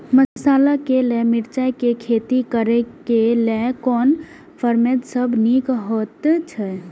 मसाला के लेल मिरचाई के खेती करे क लेल कोन परभेद सब निक होयत अछि?